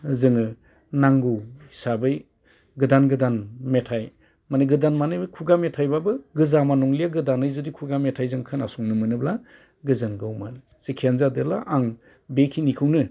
जोङो नांगौ हिसाबै गोदान गोदान मेथाइ माने गोदान माने बे खुगा मेथाइब्लाबो गोजामा नंलिया गोदानै जुदि खुगा मेथाइ जों खोनासंनो मोनोब्ला गोजोनगौमोन जिखियानो जादोला आं बेखिनिखौनो